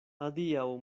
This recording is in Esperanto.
adiaŭ